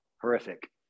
horrific